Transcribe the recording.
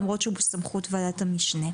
למרות שהוא בסמכות ועדת המשנה.